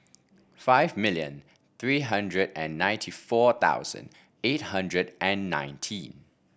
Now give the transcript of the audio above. five million three hundred and ninety four thousand eight hundred and ninety